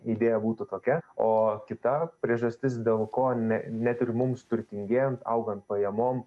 idėja būtų tokia o kita priežastis dėl ko ne net ir mums turtingėjant augant pajamom